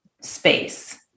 space